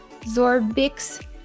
Zorbix